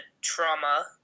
trauma